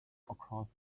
across